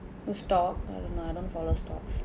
the stocks !alamak! I don't follow stocks